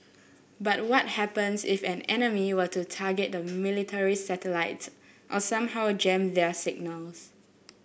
but what happens if an enemy were to target the military satellites or somehow a jam their signals